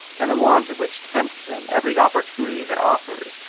and the want of which tempts them, every opportunity that offers,